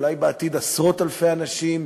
אולי בעתיד עשרות-אלפי אנשים,